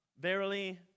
Verily